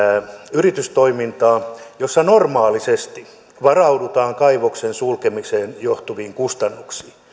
yritystoimintaa jossa normaalisti varaudutaan kaivoksen sulkemisesta johtuviin kustannuksiin